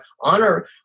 honor